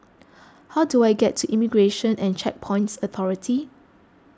how do I get to Immigration and Checkpoints Authority